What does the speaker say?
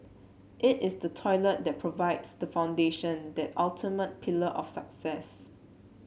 it is the toilet that provides the foundation that ultimate pillar of success